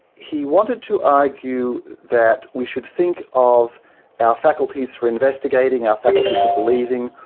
he wanted to argue that we should think of our faculties for investigating, our faculty for believing,